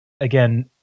again